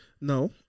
No